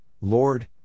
Lord